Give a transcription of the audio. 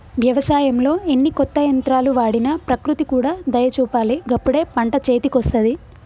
వ్యవసాయంలో ఎన్ని కొత్త యంత్రాలు వాడినా ప్రకృతి కూడా దయ చూపాలి గప్పుడే పంట చేతికొస్తది